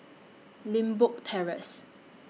Limbok Terrace